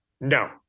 No